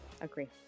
agree